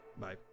Bye